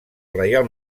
reial